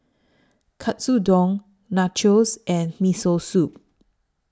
Katsudon Nachos and Miso Soup